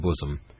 bosom